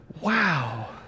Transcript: wow